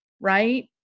right